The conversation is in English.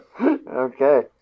Okay